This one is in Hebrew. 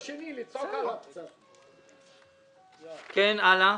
בעמ'